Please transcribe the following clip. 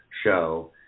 show